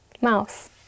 mouse